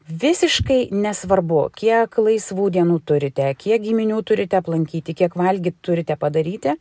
visiškai nesvarbu kiek laisvų dienų turite kiek giminių turite aplankyti kiek valgyt turite padaryti